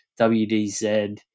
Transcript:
WDZ